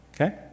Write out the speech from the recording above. okay